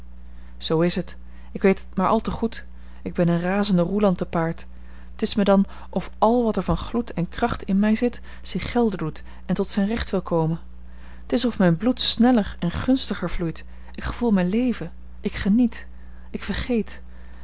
zoo is t ik weet maar al te goed ik ben een razende roeland te paard t is me dan of al wat er van gloed en kracht in mij zit zich gelden doet en tot zijn recht wil komen t is of mijn bloed sneller en gunstiger vloeit ik gevoel mij leven ik geniet ik vergeet